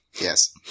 Yes